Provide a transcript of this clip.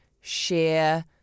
share